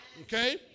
Okay